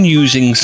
using